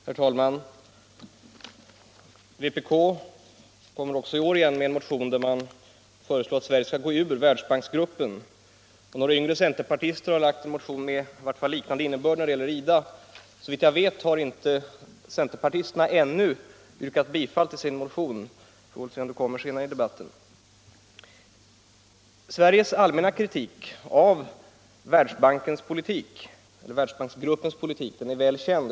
Herr talman! Vpk kommer också i år med en motion där man föreslår att Sverige skall gå ur Världsbanksgruppen. Några yngre centerpartister har lagt en motion med i varje fall liknande innebörd när det gäller IDA. Såvitt jag vet har centerpartisterna ännu inte yrkat bifall till sin motion. Vi får väl se om det kommer senare i debatten. Sveriges allmänna kritik av Världsbanksgruppens politik är väl känd.